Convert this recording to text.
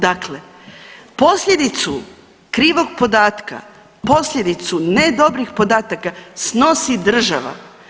Dakle, posljedicu krivog podatka, posljedicu ne dobrih podataka snosi država.